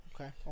Okay